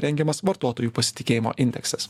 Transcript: rengiamas vartotojų pasitikėjimo indeksas